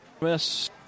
Miss